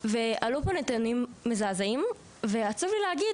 ועלו פה נתונים מזעזעים ועצוב לי להגיד